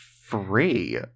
free